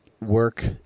work